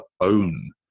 own